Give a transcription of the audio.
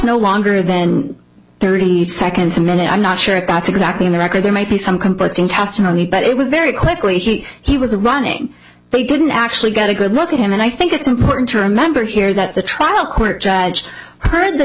no longer than thirty seconds a minute i'm not sure about exactly in the record there might be some conflicting testimony but it was very quickly he he was running they didn't actually get a good look at him and i think it's important to remember here that the trial court judge heard th